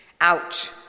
Ouch